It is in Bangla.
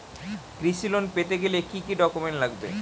কৃষি লোন পেতে গেলে কি কি ডকুমেন্ট লাগবে?